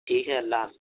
ٹھیک ہے اللہ حافظ